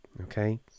Okay